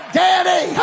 daddy